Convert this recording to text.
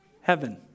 Heaven